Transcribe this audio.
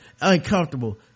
uncomfortable